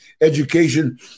education